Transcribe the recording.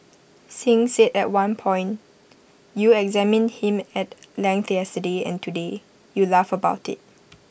Singh said at one point you examined him at length yesterday and today you laugh about IT